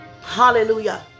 Hallelujah